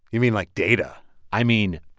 you mean, like, data i mean,